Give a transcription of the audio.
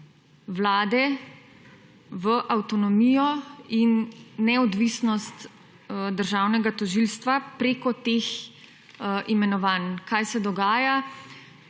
Vlade v avtonomijo in neodvisnost Državnega tožilstva preko teh imenovanj kaj se dogaja,